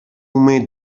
may